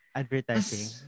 advertising